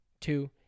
two